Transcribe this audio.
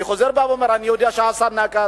אני חוזר ואומר, אני יודע שהשר נקט